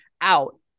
out